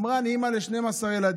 היא אמרה: אני אימא ל-12 ילדים,